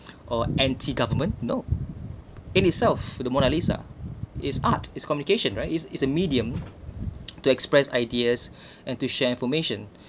or anti government you know in itself the mona lisa is art is communication right is is a medium to express ideas and to share information